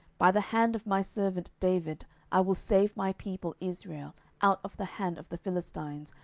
by the hand of my servant david i will save my people israel out of the hand of the philistines,